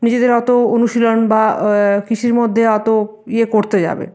নিজেদের অত অনুশীলন বা কৃষির মধ্যে অত ইয়ে করতে যাবে